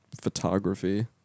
photography